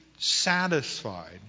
satisfied